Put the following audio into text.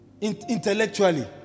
intellectually